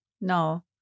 no